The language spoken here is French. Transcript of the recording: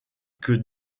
que